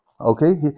okay